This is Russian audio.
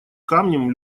камнем